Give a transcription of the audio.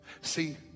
See